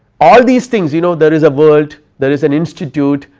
all these things you know there is a world, there is an institute,